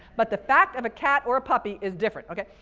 but the fact of a cat or a puppy is different, okay?